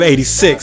86